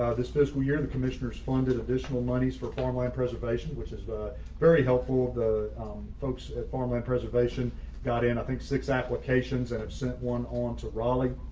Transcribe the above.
ah this fiscal year, the commissioners funded additional monies for farmland preservation, which is very helpful the folks at farmland preservation got and i think six applications that have sent one on to raleigh.